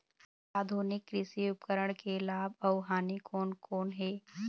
आधुनिक कृषि उपकरण के लाभ अऊ हानि कोन कोन हे?